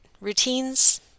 routines